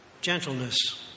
gentleness